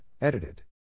edited